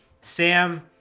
Sam